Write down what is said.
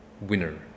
winner